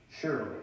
surely